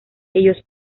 ellos